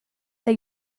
that